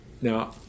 Now